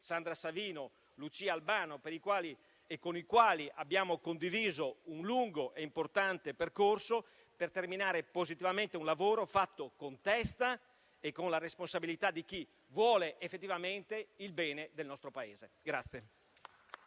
Sandra Savino e Lucia Albano, con i quali abbiamo condiviso un lungo e importante percorso, per terminare positivamente un lavoro fatto con la testa e con la responsabilità di chi vuole effettivamente il bene del nostro Paese.